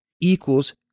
equals